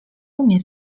umie